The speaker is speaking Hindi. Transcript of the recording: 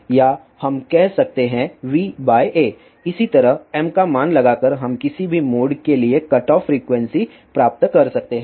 या हम कह सकते हैं va इसी तरह m का मान लगाकर हम किसी भी मोड के लिए कटऑफ फ्रीक्वेंसी प्राप्त कर सकते हैं